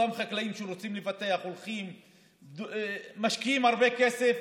אותם חקלאים שרוצים לפתח משקיעים הרבה כסף,